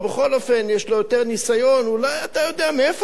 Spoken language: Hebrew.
יש לו יותר ניסיון: אולי אתה יודע מאיפה יש לו הכסף?